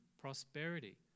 prosperity